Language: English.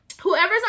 whoever's